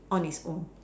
on its own